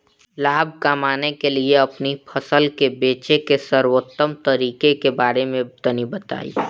लाभ कमाने के लिए अपनी फसल के बेचे के सर्वोत्तम तरीके के बारे में तनी बताई?